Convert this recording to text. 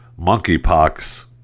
monkeypox